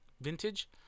vintage